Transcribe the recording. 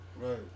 Right